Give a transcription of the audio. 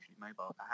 mobile